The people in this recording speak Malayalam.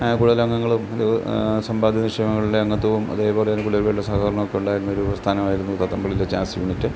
കൂടുതൽ അംഗങ്ങളും ഒരു സമ്പാദ്യം നിക്ഷേപങ്ങളിലെ അംഗത്വവും അതേപോലെ തന്നെ പള്ളികളിലെ സഹകരണമൊക്കെ ഉണ്ടായിരുന്നൊരു പ്രസ്ഥാനമായിരുന്നു പുത്തൻപള്ളിയിലെ ജാസ് യൂണിറ്റ്